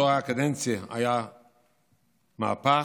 באותה קדנציה, היה מהפך,